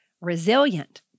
resilient